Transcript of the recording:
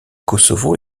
kosovo